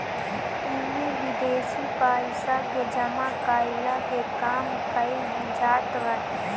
इमे विदेशी पइसा के जमा कईला के काम कईल जात बाटे